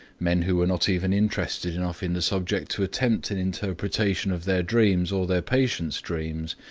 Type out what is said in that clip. men who were not even interested enough in the subject to attempt an interpretation of their dreams or their patients' dreams,